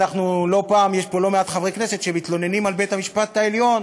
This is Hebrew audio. לא פעם יש פה לא מעט חברי כנסת שמתלוננים על בית-המשפט העליון,